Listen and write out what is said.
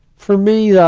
for me, yeah